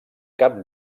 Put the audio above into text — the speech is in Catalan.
cap